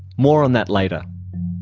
more on that later.